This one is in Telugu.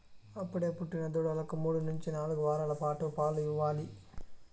అప్పుడే పుట్టిన దూడలకు మూడు నుంచి నాలుగు వారాల పాటు పాలు ఇవ్వాలి